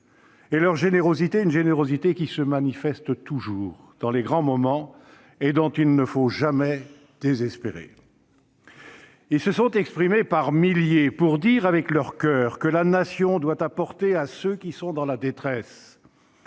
et leur générosité, une générosité qui se manifeste toujours dans les grands moments et dont il ne faut jamais désespérer. Ils se sont exprimés par milliers pour dire, avec leur coeur, que la Nation doit apporter à ceux qui sont dans la détresse,